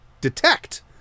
detect